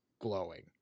glowing